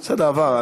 בסדר, עבר.